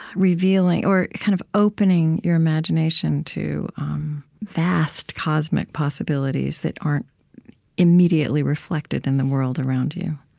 revealing or kind of opening your imagination to um vast cosmic possibilities that aren't immediately reflected in the world around you